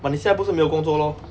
but 你现在不是没有工作 lor